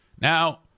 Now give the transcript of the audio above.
Now